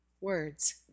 words